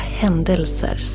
händelser